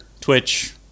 Twitch